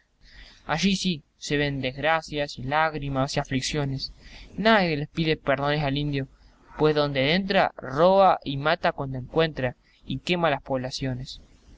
allí sí se ven desgracias y lágrimas y afliciones naides le pida perdones al indio pues donde dentra roba y mata cuanto encuentra y quema las poblaciones